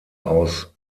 aus